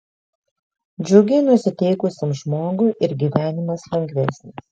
džiugiai nusiteikusiam žmogui ir gyvenimas lengvesnis